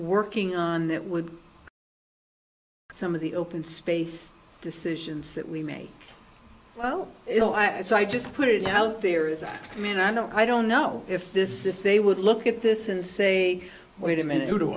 working on that would some of the open space decisions that we made well you know i so i just put it out there is i mean i don't i don't know if this if they would look at this and say wait a minute